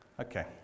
Okay